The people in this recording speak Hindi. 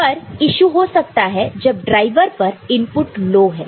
पर यीशु हो सकता है जब ड्राइवर पर इनपुट लो है